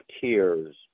tears